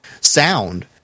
sound